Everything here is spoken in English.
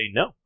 no